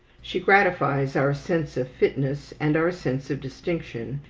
she gratifies our sense of fitness and our sense of distinction,